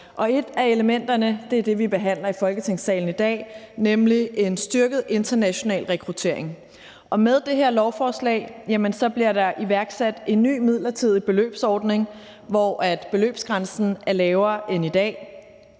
og et af elementerne er det, vi behandler i Folketingssalen i dag, nemlig en styrket international rekruttering. Med det her lovforslag bliver der iværksat en ny midlertidig beløbsordning, hvor beløbsgrænsen er lavere end i dag.